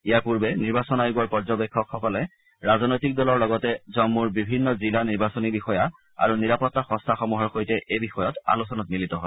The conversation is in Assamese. ইয়াৰ পূৰ্বে নিৰ্বাচন আয়োগৰ পৰ্যবেক্ষকসকলে ৰাজনৈতিক দলৰ লগতে জম্মূৰ বিভিন্ন জিলা নিৰ্বাচনী বিষয়া আৰু নিৰাপত্তা সংস্থাসমূহৰ সৈতে এই বিষয়ত আলোচনাত মিলিত হয়